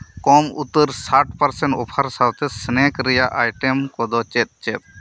ᱠᱚᱢ ᱩᱛᱟᱹᱨ ᱥᱟᱴ percent offer ᱥᱟᱶᱛᱮ ᱥᱮᱱᱮᱠ ᱨᱮᱱᱟᱜ ᱟᱭᱴᱮᱢ ᱠᱚᱫᱚ ᱪᱮᱫ ᱪᱮᱫ